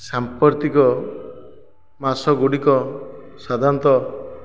ସାମ୍ପ୍ରତିକ ମାସ ଗୁଡ଼ିକ ସାଧାରଣତଃ